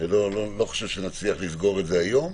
לא חושב שנצליח לסגור את זה היום,